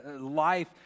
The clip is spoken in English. life